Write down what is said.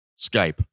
Skype